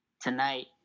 tonight